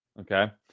Okay